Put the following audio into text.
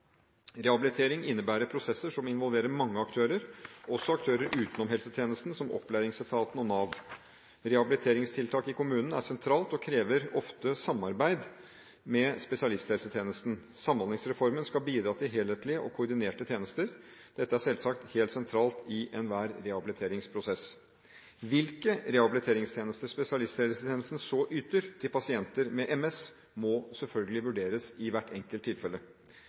Rehabilitering innebærer prosesser som involverer mange aktører, også aktører utenom helsetjenesten – som opplæringsetaten og Nav. Rehabiliteringstiltak i kommunen er sentralt og krever ofte samarbeid med spesialisthelsetjenesten. Samhandlingsreformen skal bidra til helhetlige og koordinerte tjenester. Dette er selvsagt helt sentralt i enhver rehabiliteringsprosess. Hvilke rehabiliteringstjenester spesialisthelsetjenesten så yter til pasienter med MS, må selvfølgelig vurderes i hvert enkelt tilfelle.